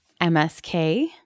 MSK